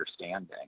understanding